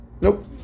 Nope